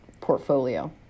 portfolio